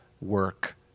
work